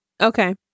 Okay